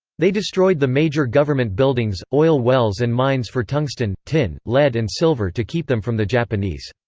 they destroyed the major government buildings, oil wells and mines for tungsten, tin, lead and silver to keep them from the japanese.